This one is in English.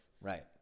right